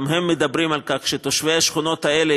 גם הם מדברים על כך שתושבי השכונות האלה